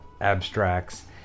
abstracts